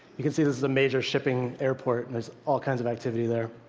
you can see this is a major shipping airport, and there's all kinds of activity there.